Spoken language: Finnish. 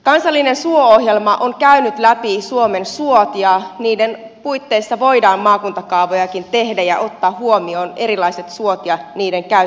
kansallinen suo ohjelma on käynyt läpi suomen suot ja niiden puitteissa voidaan maakuntakaavojakin tehdä ja ottaa huomioon erilaiset suot ja niiden käyttötarkoitukset